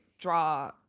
draw